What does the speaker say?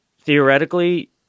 theoretically